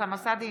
אוסאמה סעדי,